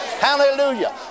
hallelujah